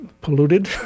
polluted